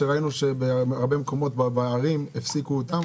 ראינו שבהרבה מקומות בערים הפסיקו אותם,